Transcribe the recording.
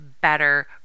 better